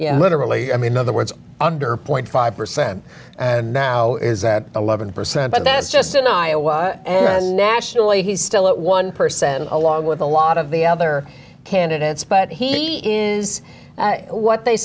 know literally i mean other words under point five percent and now is at eleven percent but that's just in iowa and nationally he's still at one percent along with a lot of the other candidates but he is what they